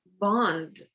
bond